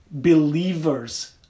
believer's